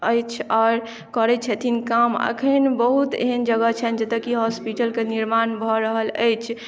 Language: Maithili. अछि आओर करैत छथिन काम अखन बहुत एहन जगह छनि जतय कि हॉस्पिटलके निर्माण भऽ रहल अछि